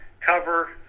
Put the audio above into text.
cover